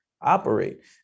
operate